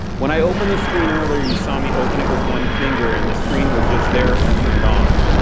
when i opened the screen earlier, you saw me open it with one finger and the screen was just there and turned on.